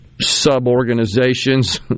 sub-organizations